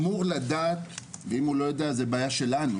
אמור לדעת, ואם הוא לא יודע זה בעיה שלנו.